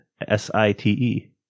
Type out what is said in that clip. S-I-T-E